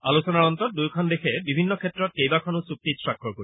আলোচনাৰ অন্তত দুয়োখন দেশে বিভিন্ন ক্ষেত্ৰত কেইবাখনো চুক্তিত স্বাক্ষৰ কৰিব